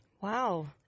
Wow